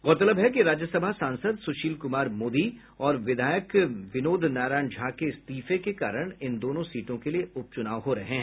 गौरतलब है कि राज्यसभा सांसद सुशील कुमार मोदी और विधायक विनोद नारायण झा के इस्तीफे के कारण इन दोनों सीटों के लिए उप चुनाव हो रहे हैं